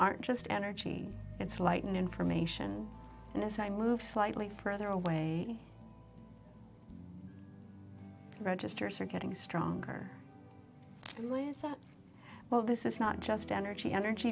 aren't just energy it's lightning information and as i move slightly further away registers are getting stronger that well this is not just energy energy